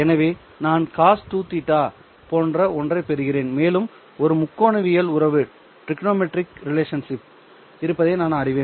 எனவே நான் cos2 θ போன்ற ஒன்றைப் பெறுகிறேன் மேலும் ஒரு முக்கோணவியல் உறவு இருப்பதை நான் அறிவேன்